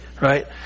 Right